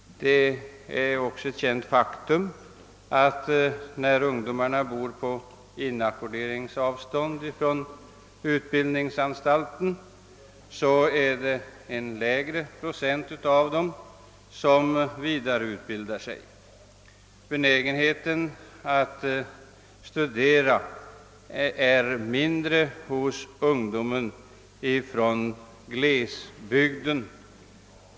Det är också ett känt faktum att en lägre procent av de ungdomar som bor på inackorderingsavstånd från utbildningsanstalt vidareutbildar sig. Benägenheten att studera är, med andra ord, mindre hos ungdom i glesbygden.